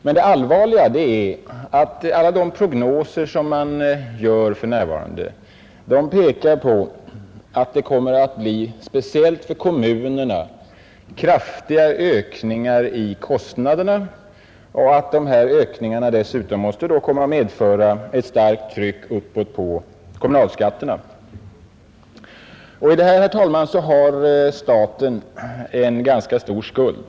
Men det allvarliga är att alla de prognoser som görs för närvarande pekar på att det kommer att bli speciellt för kommunerna kraftiga ökningar av kostnaderna och att dessa ökningar dessutom måste medföra ett starkt tryck uppåt på kommunalskatterna. Och i detta, herr talman, har staten en ganska stor skuld.